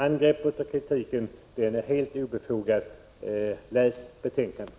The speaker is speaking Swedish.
Angreppet och kritiken är alltså helt obefogade. Läs betänkandet!